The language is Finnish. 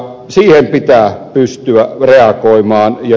siihen pitää pystyä reagoimaan